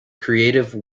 creative